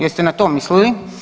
Jel' ste na to mislili?